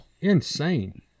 Insane